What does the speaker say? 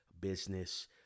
business